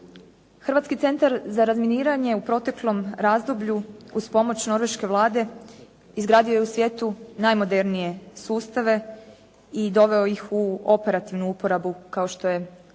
Hrvatski centar za razminiranje u proteklom razdoblju, uz pomoć norveške Vlade izgradio je u svijetu najmodernije sustave i doveo ih u operativnu uporabu kao što je SKAN